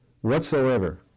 whatsoever